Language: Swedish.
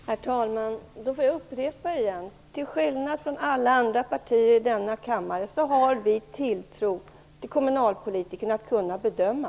Herr talman! Jag får upprepa att vi, till skillnad från alla andra partier i denna kammare, har tilltro till kommunalpolitikernas förmåga att bedöma.